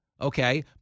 okay